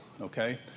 okay